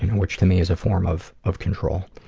which to me is a form of of control.